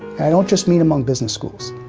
i don't just mean among business schools.